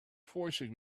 forcing